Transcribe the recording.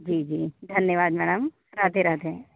जी जी धन्यवाद मैडम राधे राधे